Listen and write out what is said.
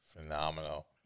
Phenomenal